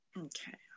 okay